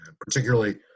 particularly